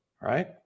Right